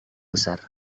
besar